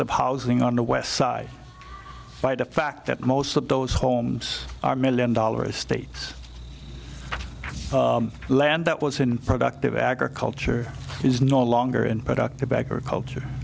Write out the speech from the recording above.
of housing on the west side by the fact that most of those homes are million dollar estates land that was in productive agriculture is no longer in productive agricultur